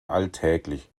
alltäglich